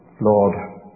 Lord